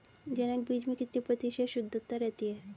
जनक बीज में कितने प्रतिशत शुद्धता रहती है?